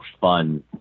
fun